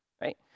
right